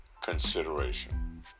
consideration